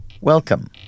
welcome